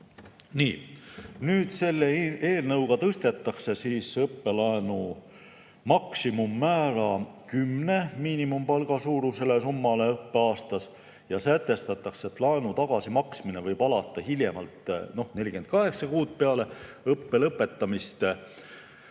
Selle eelnõu kohaselt tõstetaks õppelaenu maksimummäär 10 miinimumpalga suuruse summani õppeaastas ja sätestataks, et laenu tagasimaksmine võib alata hiljemalt 48 kuud peale õppe lõpetamist.